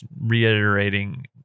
reiterating